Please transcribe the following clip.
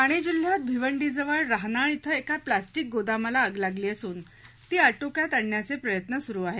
ठाणे जिल्ह्यात भिवंडीजवळ राहनाळ शिं एका प्लस्टीक गोदामाला आग लागली असून ती आटोक्यात आणण्याचे प्रयत्न सुरु आहेत